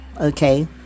okay